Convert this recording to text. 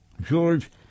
George